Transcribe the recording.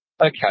Okay